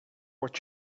what